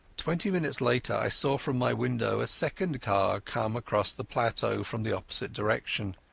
twenty minutes later i saw from my window a second car come across the plateau from the opposite direction.